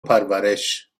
پرورش